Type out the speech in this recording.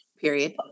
Period